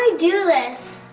do this?